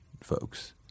folks